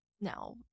now